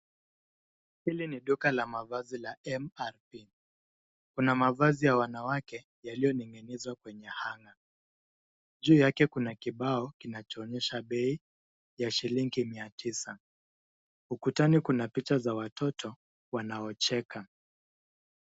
Hili ni duka la mavazi la cs[mrp]cs. Kuna mavazi ya wanawake yaliyoning'inizwa kwenye cs[hanger]cs. Juu yake kuna kibao kinachoonyesha bei ya shilingi mia tisa. Ukutani kuna picha za watoto wanaocheka.